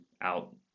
out